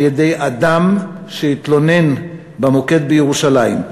על-ידי אדם שהתלונן במוקד בירושלים.